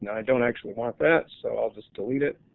and i don't actually want that so i'll just delete it.